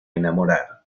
enamorar